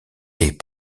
est